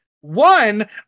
one